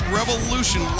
revolution